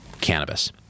cannabis